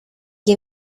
que